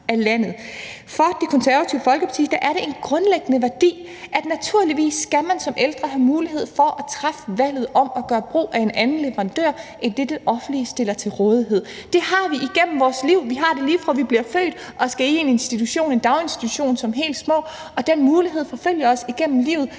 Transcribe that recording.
For Det Konservative Folkeparti er det en grundlæggende værdi, at man som ældre naturligvis skal have mulighed for at træffe valget om at gøre brug af en anden leverandør, end hvad det offentlige stiller til rådighed. Det har vi igennem hele vores liv. Vi har det, lige fra vi bliver født og skal i en daginstitution som helt små, og den mulighed forfølger os igennem livet,